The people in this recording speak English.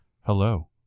hello